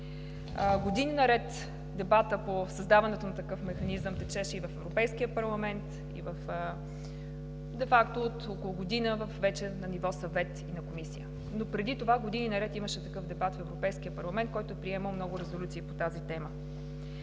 Години наред дебатът по създаването на такъв механизъм течеше и в Европейския парламент, де факто, от около година вече – и на ниво Съвет на Комисията. Преди това години наред имаше такъв дебат в Европейския парламент, който е приемал много резолюции по тази тема.